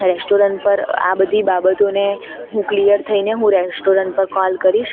restaurant પર આ બધી બાબતોને હું ક્લિયર થઈને હું રેસ્ટોરન્ટ પર કોલ કરીશ